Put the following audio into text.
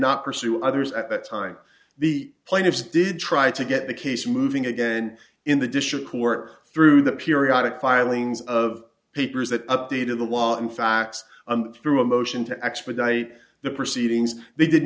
not pursue others at that time the plaintiffs did try to get the case moving again in the district court through the periodic filings of papers that updated the law in fact through a motion to expedite the proceedings they did